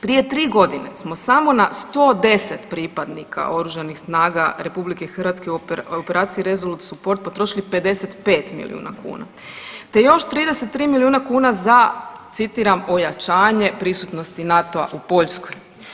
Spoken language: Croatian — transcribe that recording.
Prije tri godine smo samo na 110 pripadnika Oružanih snaga RH u operaciji Resolute support potrošili 55 milijuna kuna te još 33 milijuna kuna za citiram „ojačanje prisutnosti NATO-a u Poljskoj“